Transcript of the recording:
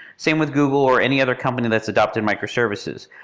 same with google or any other company that's adopting microservices.